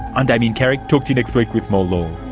i'm damien carrick, talk to you next week with more law